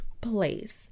place